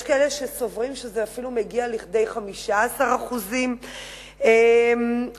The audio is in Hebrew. יש כאלה שסוברים שזה אפילו מגיע לכדי 15%. אין